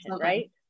right